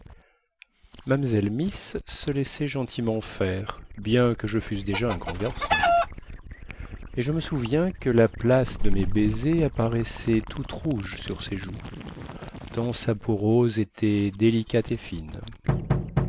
mamzelle miss se laissait gentiment faire bien que je fusse déjà un grand garçon et je me souviens que la place de mes baisers apparaissait toute rouge sur ses joues tant sa peau rose était délicate et fine